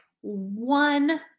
one